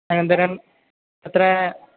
अनन्दरम् तत्र